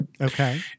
Okay